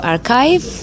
Archive